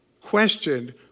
questioned